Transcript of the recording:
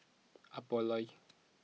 Apollo